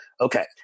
Okay